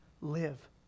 live